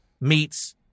meets